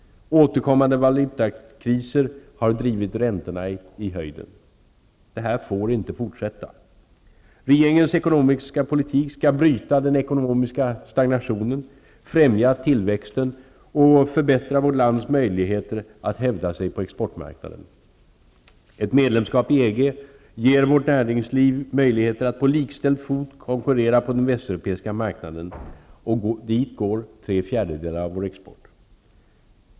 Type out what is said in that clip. Återkommande valutakriser har drivit räntorna i höjden. Det här får inte fortsätta. Regeringens ekonomiska politik skall bryta den ekonomiska stagnationen, främja tillväxten och förbättra vårt lands möjligheter att hävda sig på exportmarknaden. Ett medlemskap i EG ger vårt näringsliv möjligheter att på likställd fot konkurrera på den västeuropeiska marknaden -- och dit går tre fjärdedelar av vår export.